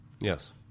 Yes